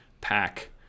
Pack